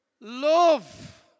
Love